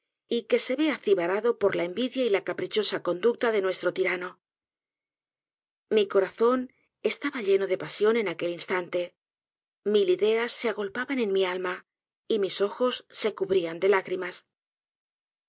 y que se ve acibarado por la envidia y la caprichosa conducta de nuestro tirano mi corazón estaba lleno de pasión en aquel instante mil ideas se agolpaban en mi alma y mis ojos se cubrian de lágrimas